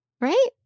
Right